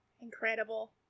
Incredible